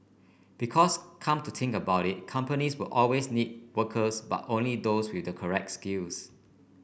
because come to think about it companies will always need workers but only those with the correct skills